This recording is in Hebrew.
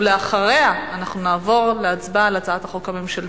ואחריה אנחנו נעבור להצבעה על הצעת החוק הממשלתית.